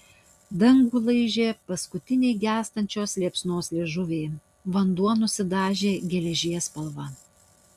dangų laižė paskutiniai gęstančios liepsnos liežuviai vanduo nusidažė geležies spalva